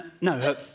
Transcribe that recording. no